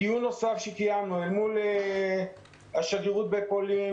בדיון נוסף שקיימנו אל מול השגרירות בפולין,